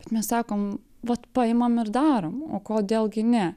bet mes sakom vat paimam ir darom o kodėl gi ne